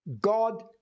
God